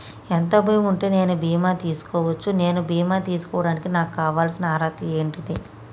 ఎంత భూమి ఉంటే నేను బీమా చేసుకోవచ్చు? నేను బీమా చేసుకోవడానికి నాకు కావాల్సిన అర్హత ఏంటిది?